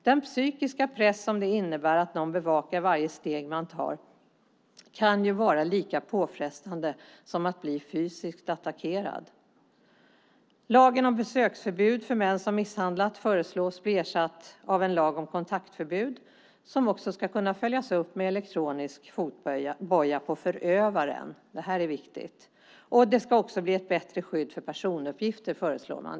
Den psykiska press som det innebär att någon bevakar varje steg man tar kan vara lika påfrestande som att bli fysiskt attackerad. Lagen om besöksförbud för män som har misshandlat föreslås bli ersatt av en lag om kontaktförbud, som ska kunna följas upp med elektronisk fotboja på förövaren - det är viktigt. Man föreslår också ett bättre skydd för personuppgifter.